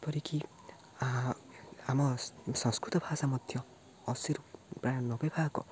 ଯେପରିକି ଆମ ସଂସ୍କୃତ ଭାଷା ମଧ୍ୟ ଅଶୀରୁ ପ୍ରାୟ ନବେ ଭାଗ